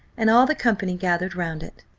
and all the company gathered round it.